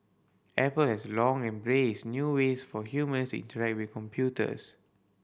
Apple has long embraced new ways for humans interact with computers